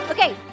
Okay